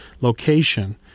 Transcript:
location